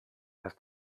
dass